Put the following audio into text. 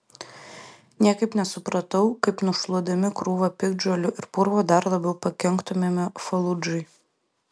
niekaip nesupratau kaip nušluodami krūvą piktžolių ir purvo dar labiau pakenktumėme faludžai